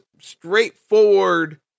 straightforward